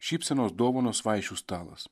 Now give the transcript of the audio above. šypsenos dovanos vaišių stalas